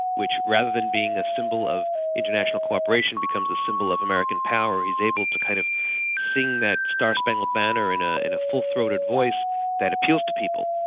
which rather than being a symbol of international co-operation, becomes a symbol of american power, and he's able to kind of sing that star spangled banner in ah in a full throated voice that appeals to people.